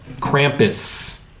Krampus